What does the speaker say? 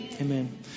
Amen